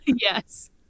yes